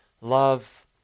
love